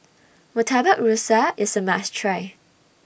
Murtabak Rusa IS A must Try